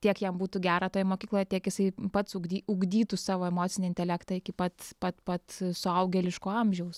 tiek jam būtų gera toj mokykloj tiek jisai pats ugdy ugdytų savo emocinį intelektą iki pat pat pat suaugėliško amžiaus